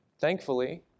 Thankfully